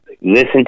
listen